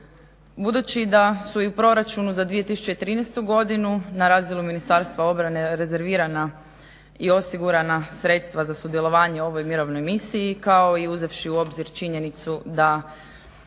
Budući da su i u Proračunu za 2013. godinu na razini Ministarstva obrane rezervirana i osigurana sredstva za sudjelovanje u ovoj mirovnoj misiji kao i uzevši u obzir činjenicu da